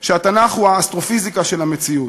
שהתנ"ך הוא האסטרופיזיקה של המציאות,